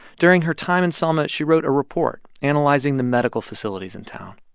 during her time in selma, she wrote a report analyzing the medical facilities in town